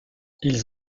ils